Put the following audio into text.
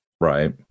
Right